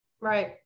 right